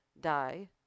die